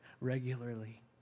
regularly